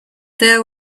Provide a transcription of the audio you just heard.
there